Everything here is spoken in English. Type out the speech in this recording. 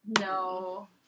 No